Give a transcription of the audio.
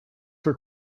for